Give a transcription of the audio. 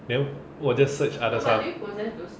then 我 just search other stuff